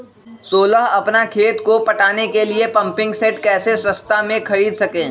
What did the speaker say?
सोलह अपना खेत को पटाने के लिए पम्पिंग सेट कैसे सस्ता मे खरीद सके?